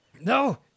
No